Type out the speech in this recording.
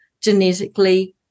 genetically